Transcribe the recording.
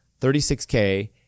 36K